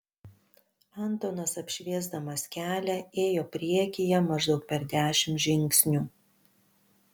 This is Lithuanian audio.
antonas apšviesdamas kelią ėjo priekyje maždaug per dešimt žingsnių